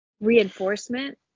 reinforcement